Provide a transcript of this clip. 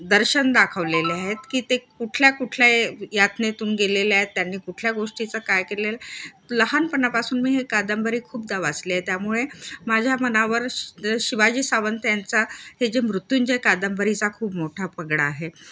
दर्शन दाखवलेले आहेत की ते कुठल्या कुठल्या यातनेतून गेलेले आहेत त्यांनी कुठल्या गोष्टीचं काय केलेलं आहे लहानपणापासून मी हे कादंबरी खूपदा वाचली आहे त्यामुळे माझ्या मनावर श शिवाजी सावंत त्यांचा हे जे मृत्युंजय कादंबरीचा खूप मोठा पगडा आहे